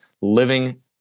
Living